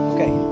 Okay